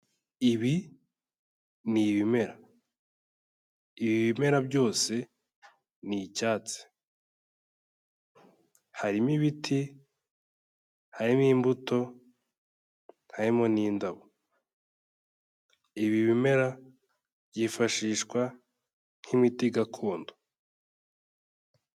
Ibi ni ibimera ibi bimera byose ni icyatsi, harimo ibiti harimo imbuto harimo n'indabo, ibi bimera byifashishwa nk'imiti gakondo.